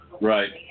Right